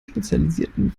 spezialisierten